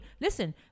listen